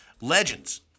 Legends